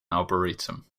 arboretum